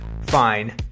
fine